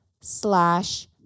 slash